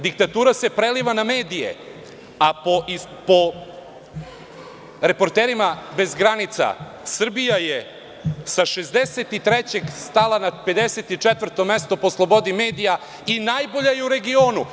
Diktatura se preliva na medije, a po reporterima bez granica, Srbija je sa 63. stala na 54. mesto po slobodi medija i najbolja je u regionu.